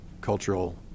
cultural